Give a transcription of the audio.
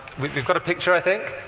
we've got a picture, i think?